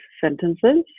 sentences